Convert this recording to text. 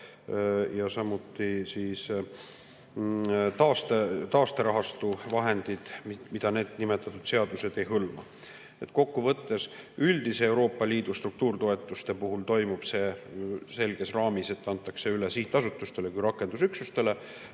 kava ja taasterahastu vahendid, mida need nimetatud seadused ei hõlma. Kokkuvõttes, üldiste Euroopa Liidu struktuuritoetuste puhul toimub see selges raamis, et antakse üle sihtasutustele kui rakendusüksustele